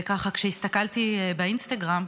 וככה כשהסתכלתי באינסטגרם,